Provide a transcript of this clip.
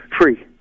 free